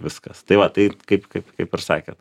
viskas tai va taip kaip kaip kaip ir sakėt